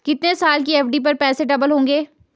कितने साल की एफ.डी पर पैसे डबल होंगे?